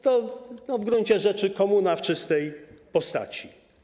To w gruncie rzeczy komuna w czystej postaci.